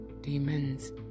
demons